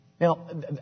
Now